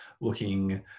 looking